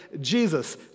Jesus